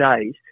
days